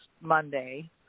Monday